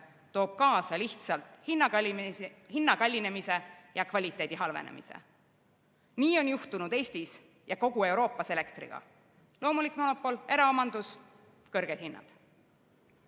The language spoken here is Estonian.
toob kaasa lihtsalt hindade kallinemise ja kvaliteedi halvenemise. Nii on juhtunud Eestis ja kogu Euroopas elektriga. Loomulik monopol, eraomandus, kõrged hinnad. Teine